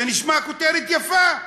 זה נשמע כותרת יפה.